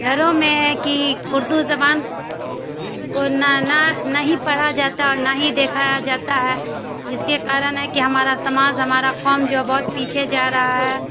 گھروں میں ہے کہ اردو زبان کو نہیں پڑھا جاتا اور نہ ہی دیکھایا جاتا ہے جس کے کارن ہے کہ ہمارا سماج ہمارا قوم جو ہے بہت پیچھے جا رہا ہے